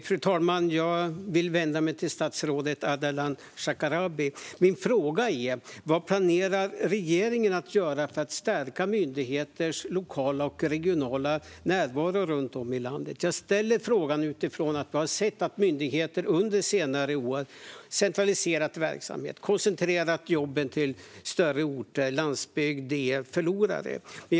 Fru talman! Jag vill vända mig till statsrådet Ardalan Shekarabi. Min fråga är: Vad planerar regeringen att göra för att stärka myndigheters lokala och regionala närvaro runt om i landet? Jag ställer frågan utifrån att vi har sett att myndigheter under senare år har centraliserat verksamhet och koncentrerat jobben till större orter. Landsbygden är förloraren.